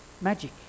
magic